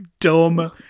dumb